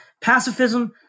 pacifism